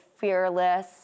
fearless